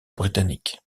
britannique